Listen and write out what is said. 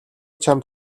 чамд